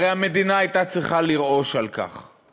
הרי המדינה הייתה צריכה לרעוש על כך.